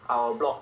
our block